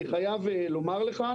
אני חייב לומר לך,